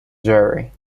jury